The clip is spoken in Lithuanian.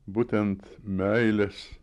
būtent meilės